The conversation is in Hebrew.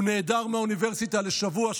הוא נעדר מהאוניברסיטה לשבוע,